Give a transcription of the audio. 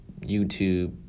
youtube